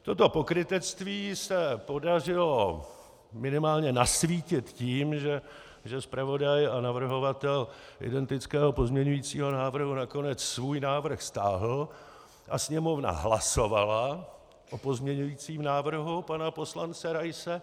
Toto pokrytectví se podařilo minimálně nasvítit tím, že zpravodaj a navrhovatel identického pozměňujícího návrhu nakonec svůj návrh stáhl a Sněmovna hlasovala o pozměňujícím návrhu pana poslance Raise.